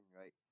right